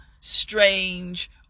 strange